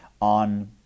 on